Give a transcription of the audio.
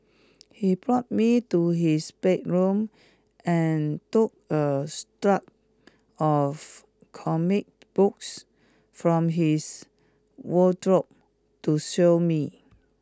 he brought me to his bedroom and took a stack of comic books from his wardrobe to show me